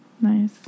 nice